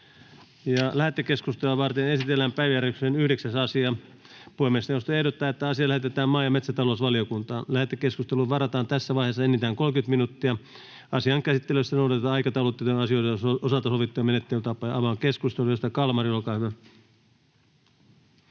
Lähetekeskustelua varten esitellään päiväjärjestyksen 9. asia. Puhemiesneuvosto ehdottaa, että asia lähetetään maa- ja metsätalousvaliokuntaan. Lähetekeskusteluun varataan tässä vaiheessa enintään 30 minuuttia. Asian käsittelyssä noudatetaan aikataulutettujen asioiden osalta sovittuja menettelytapoja. — Avaan keskustelun. Edustaja Kalmari, olkaa hyvä.